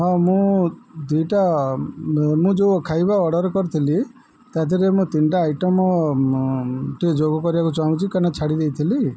ହଁ ମୁଁ ଦୁଇଟା ମୁଁ ଯେଉଁ ଖାଇବା ଅର୍ଡ଼ର କରିଥିଲି ତା ଦେହରେ ମୁଁ ତିନିଟା ଆଇଟମ ଟିକେ ଯୋଗ କରିବାକୁ ଚାହୁଁଛି କାଇଁନା ଛାଡ଼ି ଦେଇଥିଲି